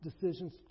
decisions